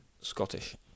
Scottish